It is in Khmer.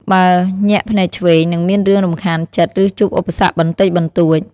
បើ ញាក់ភ្នែកឆ្វេង នឹងមានរឿងរំខានចិត្ត ឬជួបឧបសគ្គបន្តិចបន្តួច។